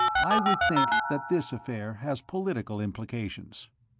i would think that this affair has political implications.